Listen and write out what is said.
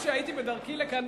כשהייתי בדרכי לכאן,